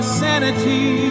sanity